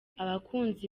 abakunzi